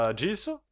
disso